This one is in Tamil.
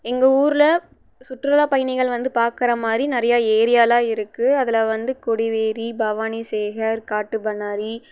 எங்கள் ஊரில் சுற்றுலா பயணிகள் வந்து பார்க்கற மாதிரி நிறைய ஏரியாலாம் இருக்கு அதில் வந்து கொடிவேரி பவானி சேகர் காட்டு பண்ணாரி